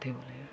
कथी बोलै हइ